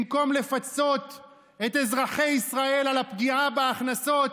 במקום לפצות את אזרחי ישראל על הפגיעה בהכנסות,